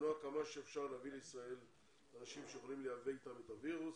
למנוע כמה שאפשר להביא לישראל אנשים שיכולים לייבא איתם את הווירוס.